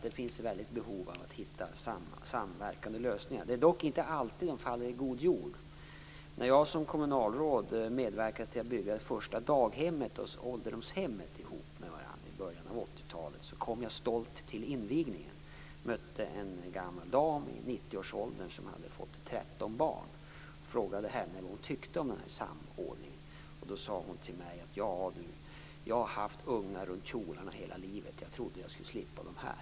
Det finns ett stort behov av att hitta samverkande lösningar. Det är dock inte alltid som de faller i god jord. När jag som kommunalråd medverkade till att bygga det första daghemmet och ålderdomshemmet ihop med varandra i början av 80 talet kom jag stolt till invigningen. Jag mötte då en gammal dam i 90-årsåldern som hade fått 13 barn. Jag frågade henne vad hon tyckte om samordningen. Hon sade till mig: Ja du - jag har haft ungar runt kjolarna i hela livet. Jag trodde att jag skulle slippa dem här.